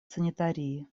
санитарии